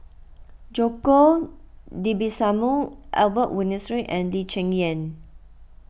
Djoko Dibisono Albert Winsemius and Lee Cheng Yan